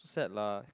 sad lah